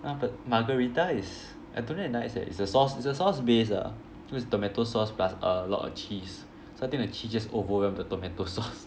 !huh! but margherita is I don't know if nice eh it's the sauce it's a sauce base ah so it's tomato sauce plus a lot of cheese so I think the cheese just overwhelm the tomato sauce